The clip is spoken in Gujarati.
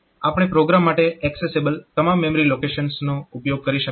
આપણે પ્રોગ્રામ માટે એક્સેસિબલ તમામ મેમરી લોકેશન્સનો ઉપયોગ કરી શકતા નથી